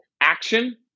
action